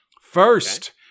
First